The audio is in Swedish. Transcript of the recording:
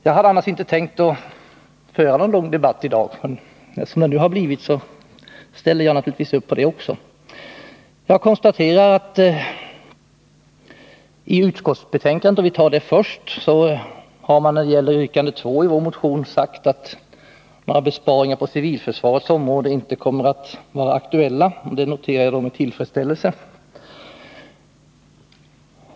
Jag hade annars inte tänkt föra någon lång debatt i dag, men som det nu har blivit ställer jag naturligtvis upp på det också. Utskottet har sagt beträffande yrkande 2 i vår motion att några besparingar på civilförsvarets område inte kommer att vara aktuella. Det noterar jag med tillfredsställelse.